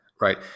right